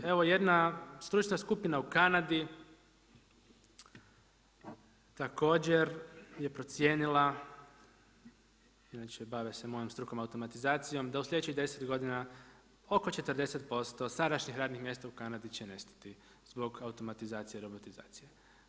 Evo jedna stručna skupina u Kanadi također je procijenila, inače bave se mojoj strukom automatizacijom da u sljedećih 10 godina oko 40% sadašnjih radnih mjesta u Kanadi će nestati zbog automatizacije i robotizacije.